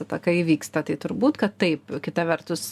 ataka įvyksta tai turbūt kad taip kita vertus